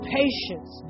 patience